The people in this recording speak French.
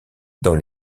dans